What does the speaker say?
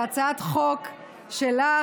בהצעת החוק שלך,